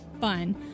fun